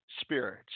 spirits